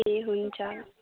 ए हुन्छ